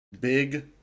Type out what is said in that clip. big